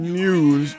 news